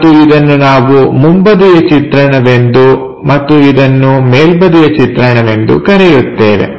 ಮತ್ತು ಇದನ್ನು ನಾವು ಮುಂಬದಿಯ ಚಿತ್ರಣವೆಂದು ಮತ್ತು ಇದನ್ನು ಮೇಲ್ಬದಿಯ ಚಿತ್ರಣವೆಂದು ಕರೆಯುತ್ತೇವೆ